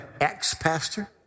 ex-pastor